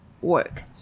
work